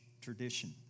tradition